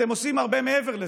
אתם עושים הרבה מעבר לזה,